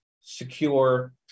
secure